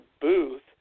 booth